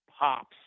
pops